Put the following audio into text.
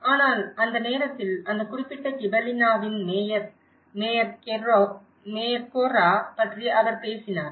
ஆனால் அந்த நேரத்தில் அந்த குறிப்பிட்ட கிபெல்லினாவின் மேயர் மேயர் கோர்ரா பற்றி அவர் பேசினார்